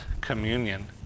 communion